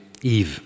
Eve